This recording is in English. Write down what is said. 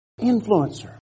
Influencer